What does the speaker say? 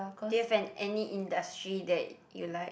do you have any industry that you like